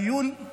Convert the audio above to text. הדיון היה